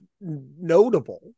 notable